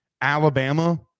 Alabama